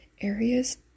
Areas